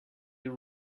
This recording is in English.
you